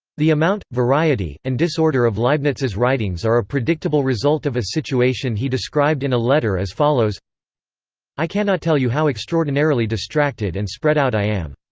the amount, variety, and disorder of leibniz's writings are a predictable result of a situation he described in a letter as follows i cannot tell you how extraordinarily distracted and spread out i am.